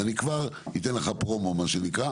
אז אני כבר אתן לך פרומו, מה שנקרא.